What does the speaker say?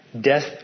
death